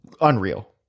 unreal